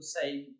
say